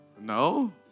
No